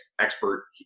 expert